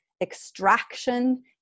extraction